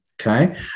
Okay